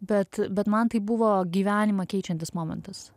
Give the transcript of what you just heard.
bet bet man tai buvo gyvenimą keičiantis momentas